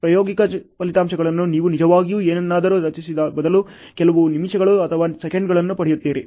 ಪ್ರಾಯೋಗಿಕ ಫಲಿತಾಂಶಗಳನ್ನು ನೀವು ನಿಜವಾಗಿಯೂ ಏನನ್ನಾದರೂ ರಚಿಸಿದ ಬದಲು ಕೆಲವು ನಿಮಿಷಗಳು ಅಥವಾ ಸೆಕೆಂಡುಗಳನ್ನು ಪಡೆಯುತ್ತೀರಿ